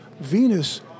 Venus